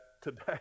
today